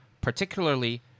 Particularly